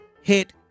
hit